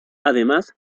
además